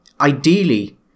ideally